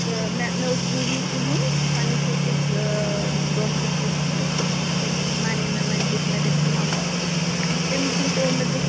تہٕ مےٚ مےٚ اوس بوٗزمُت تُہُنٛد پَنٕنِس أکِس دوستَس نِش تہٕ تٔمِس وَنے مےٚ وۅنۍ دِتہٕ مےٚ تٔمۍ سُنٛد نمبر تٔمِس نِش اوٚن مےٚ تُہُنٛد